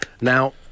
Now